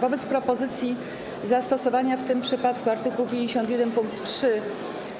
Wobec propozycji zastosowania w tym przypadku art. 51 pkt 3